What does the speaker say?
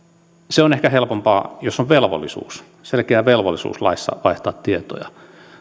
se on ehkä helpompaa jos on velvollisuus selkeä velvollisuus laissa vaihtaa tietoja